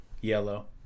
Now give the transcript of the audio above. Yellow